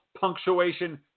Punctuation